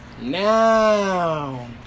now